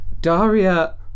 Daria